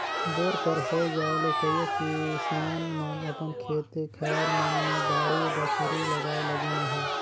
bore कर होए जाए ले कइयो किसान मन अपन खेते खाएर मन मे बाड़ी बखरी लगाए लगिन अहे